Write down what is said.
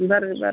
ಬನ್ರಿ ಬನ್ರಿ